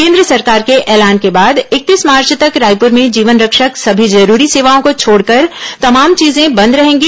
केन्द्र सरकार के ऐलान के बाद इकतीस मार्च तक रायपुर में जीवनरक्षक सभी जरूरी सेवाओं को छोड़कर तमाम चीजें बंद रहेंगी